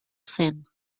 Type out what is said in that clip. cent